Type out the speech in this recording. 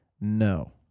No